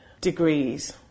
degrees